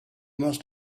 must